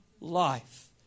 life